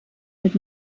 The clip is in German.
mit